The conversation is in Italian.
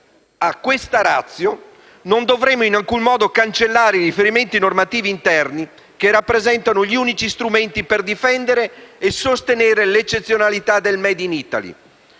in quanto non dovremmo in alcun modo cancellare i riferimenti normativi interni che rappresentano gli unici strumenti per difendere e sostenere l'eccezionalità del *made in Italy.*